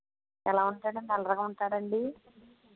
ఎలాగుంటాడండి అల్లరిగా ఉంటాడండి